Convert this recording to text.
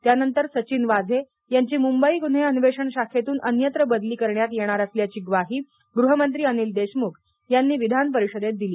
त्यानंतर सचिन वाझे यांची मुंबई गुन्हे अन्वेषण शाखेतून अन्यत्र बदली करण्यात येणार असल्याची ग्वाही गृहमंत्री अनिल देशमुख यांनी विधान परिषदेत दिली